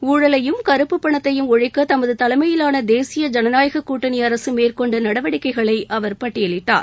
ஊழலையும் கறப்புப் பணத்தையும் ஒழிக்க தமது தலைமையிலான தேசிய ஜனநாயக கூட்டணி அரசு மேற்கொண்ட நடவடிக்கைகளை அவர் பட்டியலிட்டார்